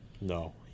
No